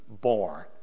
born